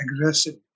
aggressive